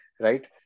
right